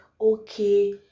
okay